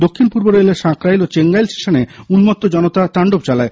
দক্ষিন পূর্ব রেলের সাকরাইল ও চেঙ্গাইল স্টেশনে উন্মত্ত জনতা তান্ডব চালায়